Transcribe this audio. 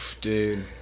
Dude